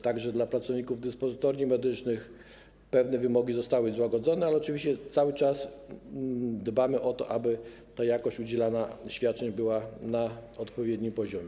Także dla pracowników dyspozytorni medycznych pewne wymogi zostały złagodzone, ale oczywiście cały czas dbamy o to, aby jakość udzielania świadczeń była na odpowiednim poziomie.